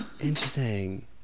interesting